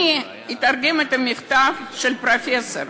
אני אתרגם את המכתב של פרופסור